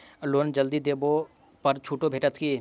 Loan जल्दी देबै पर छुटो छैक की?